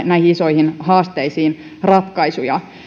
näihin isoihin haasteisiin ratkaisuja